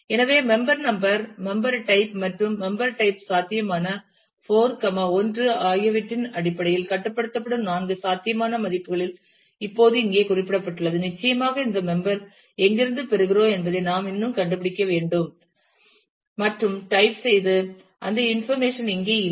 எனவே member number member type மற்றும் member type சாத்தியமான 4 1 ஆகியவற்றின் அடிப்படையில் கட்டுப்படுத்தப்படும் நான்கு சாத்தியமான மதிப்புகளில் இப்போது இங்கே குறிப்பிடப்பட்டுள்ளது நிச்சயமாக இந்த மெம்பர் எங்கிருந்து பெறுகிறோம் என்பதை நாம் இன்னும் கண்டுபிடிக்க வேண்டும் மற்றும் டைப் செய்து அந்த இன்பர்மேஷன் இங்கே இல்லை